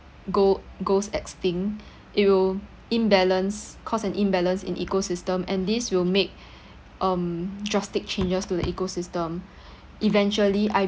go goes extinct it will imbalance caused an imbalance in ecosystem and this will make um drastic changes to the ecosystem eventually I